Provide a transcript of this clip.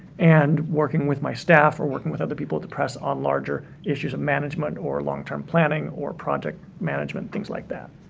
and working with my staff or working with other people to press on larger issues of management or long term planning or project management, things like that.